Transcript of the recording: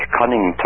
cunning